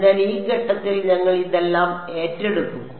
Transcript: അതിനാൽ ഈ ഘട്ടത്തിൽ ഞങ്ങൾ ഇതെല്ലാം ഏറ്റെടുക്കും